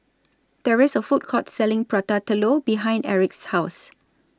There IS A Food Court Selling Prata Telur behind Aric's House